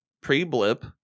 pre-Blip